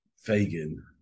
Fagin